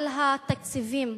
על התקציבים,